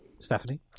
Stephanie